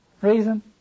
Reason